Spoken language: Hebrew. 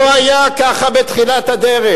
לא היה ככה בתחילת הדרך.